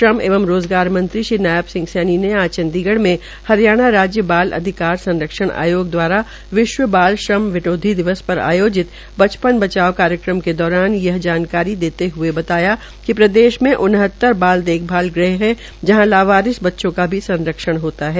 श्रम एवं रोज़गार श्री नायब सिंह सैनी ने आज चंडीगढ़ में हरियाणा राज्य बाल अधिकार संरक्षण आयोग दवारा विश्व बाल श्रम निरोधी दिवस पर आयोजित बचपन बचाओं कार्यक्रम के दौरान यह जानकारी देते हए बताया कि प्रदेश में उन्हत्तर बाल देखभाल ग्रह है जहां लावारिस बच्चों का भी संरक्षण होता है